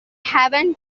haven